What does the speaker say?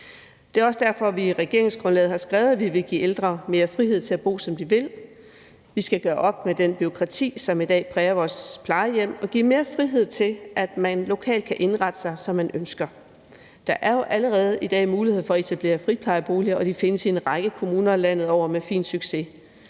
Det er også derfor, at vi i regeringsgrundlaget har skrevet, at vi vil give ældre mere frihed til at bo, som de vil. Vi skal gøre op med det bureaukrati, som i dag præger vores plejehjem, og give mere frihed til, at man lokalt kan indrette sig, som man ønsker. Der er jo allerede i dag mulighed for at etablere friplejeboliger, og de findes med fin succes i en række kommuner landet over. Og vi indgår